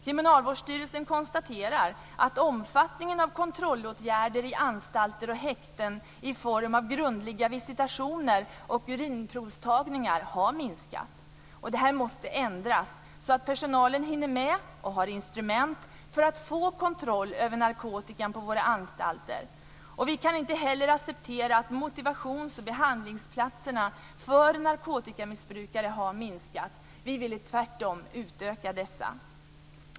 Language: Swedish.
Kriminalvårdsstyrelsen konstaterar att omfattningen av kontrollåtgärder på anstalter och i häkten i form av grundliga visitationer och urinprovtagningar har minskat. Detta måste ändras, så att personalen hinner med och har instrument för att få kontroll över narkotikan på våra anstalter. Vi kan inte heller acceptera att motivations och behandlingsplatserna för narkotikamissbrukare har minskat. Vi vill tvärtom utöka dessa.